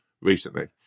recently